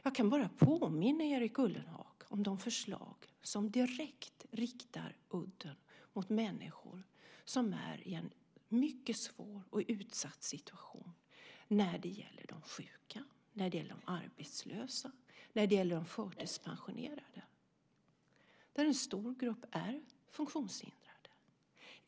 Jag kan bara påminna Erik Ullenhag om de förslag som direkt riktar udden mot människor som är i en mycket svår och utsatt situation. Det gäller de sjuka, de arbetslösa och de förtidspensionerade. Där är en stor grupp funktionshindrade.